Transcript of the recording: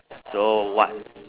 so what